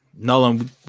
nolan